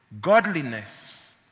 godliness